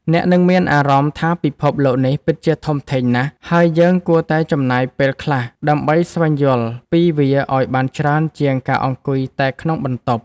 អ្នកនឹងមានអារម្មណ៍ថាពិភពលោកនេះពិតជាធំធេងណាស់ ហើយយើងគួរតែចំណាយពេលខ្លះដើម្បីស្វែងយល់ពីវាឱ្យបានច្រើនជាងការអង្គុយតែក្នុងបន្ទប់។